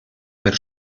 per